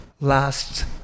last